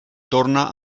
torna